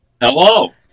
Hello